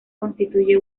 constituye